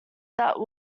that